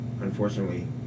unfortunately